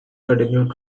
continued